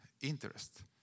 interest